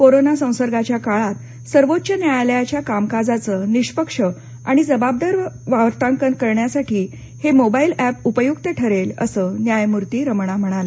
corona संसर्गाच्या काळात सर्वोच्च न्यायालयाच्या कामकाजाच निष्पक्ष आणि जबाबदार वार्तांकन करण्यासाठी हे मोबाईल एप उपयुक्त ठरेल असं न्यायमूर्ती रमणा म्हणाले